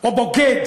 או בוגד,